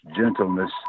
gentleness